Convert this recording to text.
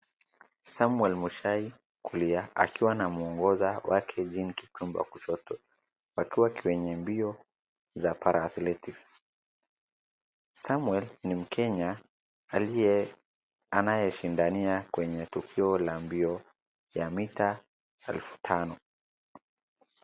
Samuel Muchai kulia akiwa anamwongoza Wa Kevin Kikhumba kushoto, wakiwa kwenye mbio za para athletics . Samuel ni mkenya anayeshindania kwenye tukio la mbio ya mita elfu tano.